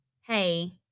Hey